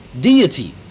deity